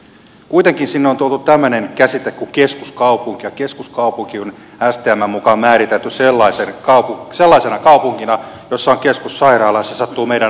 kuitenkin sinne on tuotu tämmöinen käsite kuin keskuskaupunki ja keskuskaupunki on stmn mukaan määritelty sellaiseksi kaupungiksi jossa on keskussairaala ja se sattuu meidän alueella olemaan kotka